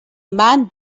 man